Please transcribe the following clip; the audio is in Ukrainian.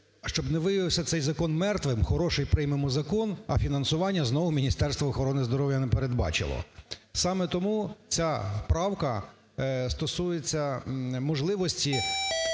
щоб не виявився цей закон мертвим, хороший приймемо закон, а фінансування знову Міністерство охорони здоров'я не передбачило. Саме тому ця правка стосується можливості